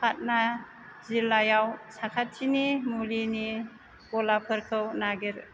पाटना जिल्लायाव साखाथिनि मुलिनि गलाफोरखौ नागिर